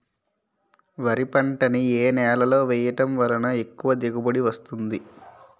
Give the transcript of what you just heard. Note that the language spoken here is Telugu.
వరి పంట ని ఏ నేలలో వేయటం వలన ఎక్కువ దిగుబడి వస్తుంది?